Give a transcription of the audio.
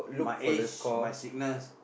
my age my sickness